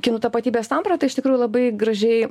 kinų tapatybės samprata iš tikrųjų labai gražiai